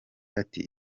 ati